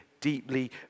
deeply